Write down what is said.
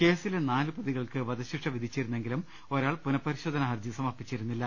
കേസിലെ നാലു പ്രതികൾക്ക് വധശിക്ഷ വിധിച്ചിരുന്നെ ങ്കിലും ഒരാൾ പുനഃപരിശോധന ഹർജി സമർപ്പിച്ചിരുന്നില്ല